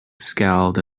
scowled